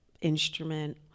instrument